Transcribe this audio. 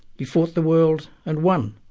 you fought the world and won,